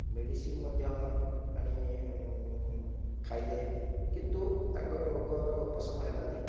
medicine ମଧ୍ୟ ଆଣି ଖାଇଲେ କିନ୍ତୁ ତାଙ୍କର ରୋଗର ଉପଶମ ହେଲାନି